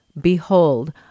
Behold